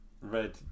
red